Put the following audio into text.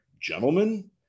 gentlemen